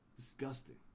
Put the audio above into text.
Disgusting